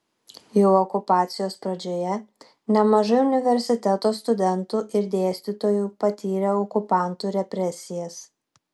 jau okupacijos pradžioje nemažai universiteto studentų ir dėstytojų patyrė okupantų represijas